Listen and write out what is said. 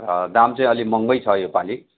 दाम चाहिँ अलि महँगै छ योपालि